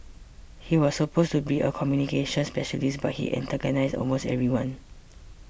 he was supposed to be a communications specialist but he antagonised almost everyone